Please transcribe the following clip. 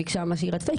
ביקשה מה שהיא רצתה,